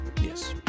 Yes